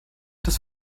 das